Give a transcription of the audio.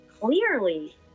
clearly